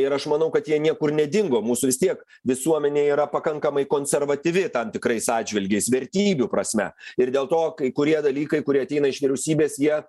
ir aš manau kad jie niekur nedingo mūsų vis tiek visuomenė yra pakankamai konservatyvi tam tikrais atžvilgiais vertybių prasme ir dėl to kai kurie dalykai kurie ateina iš vyriausybės jie